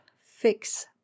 Fix